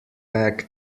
bag